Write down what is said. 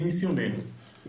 מניסיוננו,